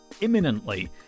imminently